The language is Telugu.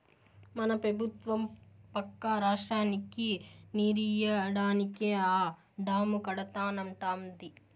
మన పెబుత్వం పక్క రాష్ట్రానికి నీరియ్యడానికే ఆ డాము కడతానంటాంది